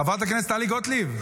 חברת הכנסת טלי גוטליב,